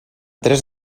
tres